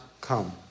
come